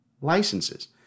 licenses